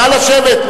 נא לשבת,